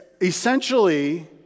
Essentially